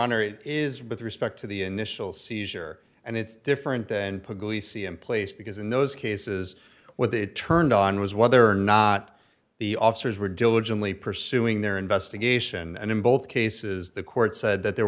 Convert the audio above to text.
honor it is with respect to the initial seizure and it's different then put in place because in those cases where they turned on was whether or not the officers were diligently pursuing their investigation and in both cases the court said that there